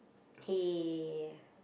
he